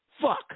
Fuck